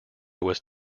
was